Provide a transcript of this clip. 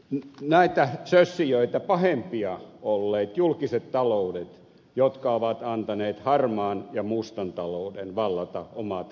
ovatko näitä sössijöitä pahempia olleet julkiset taloudet jotka ovat antaneet harmaan ja mustan talouden vallata omat kansantaloutensa